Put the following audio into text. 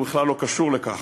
והוא בכלל לא קשור לכך.